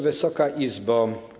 Wysoka Izbo!